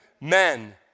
men